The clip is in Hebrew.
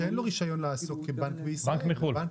בנק שאין לו רישיון לעסוק כבנק בישראל, רק בחו"ל.